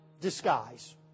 disguise